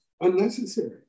unnecessary